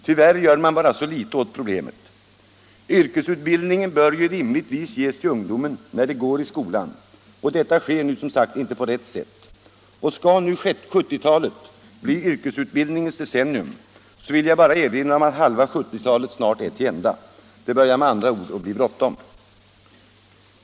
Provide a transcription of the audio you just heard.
Tyvärr gör regeringen bara så litet åt problemet. Yrkesutbildningen bör ju rimligtvis ges till ungdomarna när de går i skolan, och detta sker nu inte på rätt sätt; och skall nu 1970-talet bli yrkesutbildningens decennium, så vill jag bara erinra om att halva 1970-talet snart är tillända. Det börjar med andra ord bli bråttom!